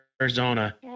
Arizona